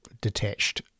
detached